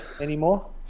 anymore